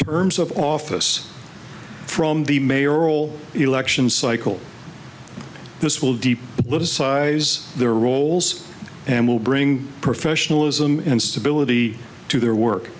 terms of office from the mayoral election cycle this will deepen the politicize their roles and will bring professionalism and stability to their work